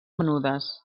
menudes